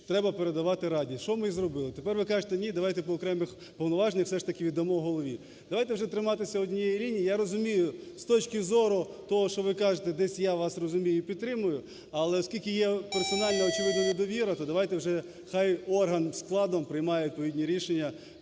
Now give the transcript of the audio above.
треба передавати раді, що ми і зробили. Тепер ви кажете ні, давайте по окремих повноваженнях все ж таки віддамо голові, давайте вже триматися однієї лінії. Я розумію, з точки зору того, що ви кажете, десь я вас розумію і підтримую. Але оскільки є персональна і очевидна недовіра, то давайте вже хай орган складом приймає відповідні рішення,